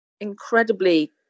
incredibly